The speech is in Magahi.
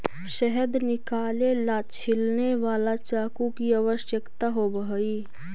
शहद निकाले ला छिलने वाला चाकू की आवश्यकता होवअ हई